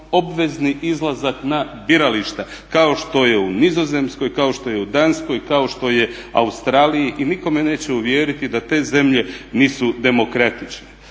obvezni izlazak na birališta kao što je u Nizozemskoj, kao što je u Danskoj, kao što je u Australiji i nitko me neće uvjeriti da te zemlje nisu demokratične.